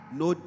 no